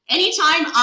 Anytime